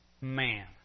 man